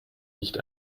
nicht